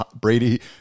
Brady